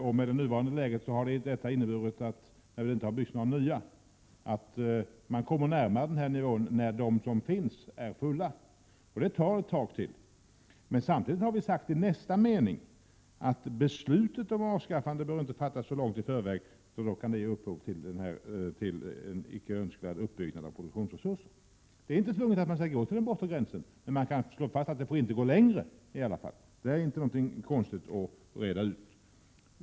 I det nuvarande läget, där det alltså inte byggs några nya, har det inneburit att man kommer närmare den nivå då de bås som finns är fulla. Detta tar ett tag till. I Prot. 1987/88:134 reservationen framhåller vi dessutom att beslutet om avskaffande inte bör 6 juni 1988 fattas så långt i förväg, eftersom detta då kan ge upphov till en icke önskvärd : Reglering av priserna uppbyggnad av produktionsresurser. påjordbruksproduk Det är alltså icke tvunget att man låter det hela få fortsätta till den bortre REA gränsen, men man kan åtminstone slå vakt om att det i alla fall inte får fortsätta längre. Detta är inte någon konst att reda ut.